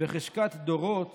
בחשכות דורות